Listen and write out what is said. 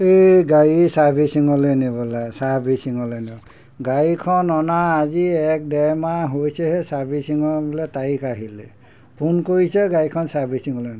এই গাড়ী ছাৰ্ভিচিঙলৈ নিবলৈ ছাৰ্ভিচিঙলৈ নিব গাড়ীখন অনা আজি এক ডেৰ মাহ হৈছেহে ছাৰ্ভিচিঙৰ বোলে তাৰিখ আহিলে ফোন কৰিছে গাড়ীখন ছাৰ্ভিচিঙলৈ